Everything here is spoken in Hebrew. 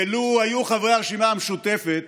ולו היו חברי הרשימה המשותפת